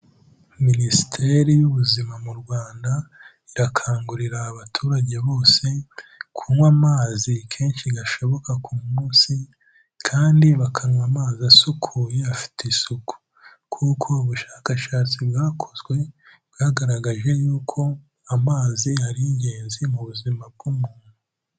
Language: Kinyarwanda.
Minisiteri y'Ubuzima mu Rwanda, irakangurira abaturage bose kunywa amazi kenshi gashoboka ku munsi, kandi bakanywa amazi asukuye afite isuku kuko ubushakashatsi bwakozwe bwagaragaje y'uko amazi ari ingenzi mu buzima bw'umuntu.